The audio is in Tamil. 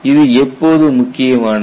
இது எப்போது முக்கியமானது